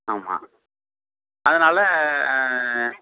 ஆமாம் அதனால்